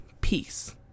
peace